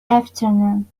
afternoon